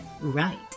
right